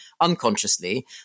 unconsciously